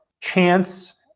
Chance